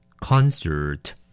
Concert